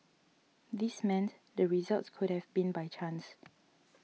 this meant the results could have been by chance